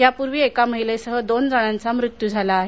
या पूर्वी एका महिलेसह दोन जणांचा मृत्यू झाला आहे